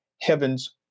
heaven's